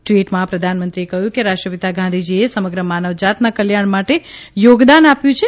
ટવીટમાં પ્રધાનમંત્રીએ કહયું કે રાષ્ટ્ર િતા ગાંધીજીએ સમગ્ર માનવજાતના કલ્યાણ માટે થોગદાન આપ્યુ છે